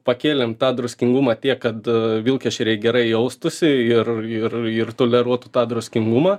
pakėlėm tą druskingumą tiek kad vilkešeriai gerai jaustųsi ir ir ir toleruotų tą druskingumą